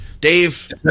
Dave